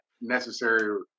necessary